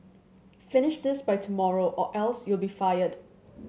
finish this by tomorrow or else you'll be fired